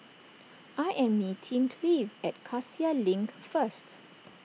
I am meeting Cleave at Cassia Link first